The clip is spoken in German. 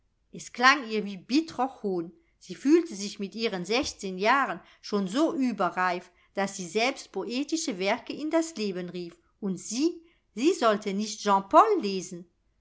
es klang ihr wie bittrer hohn sie fühlte sich mit ihren sechzehn jahren schon so überreif daß sie selbst poetische werke in das leben rief und sie sie sollte nicht jean paul lesen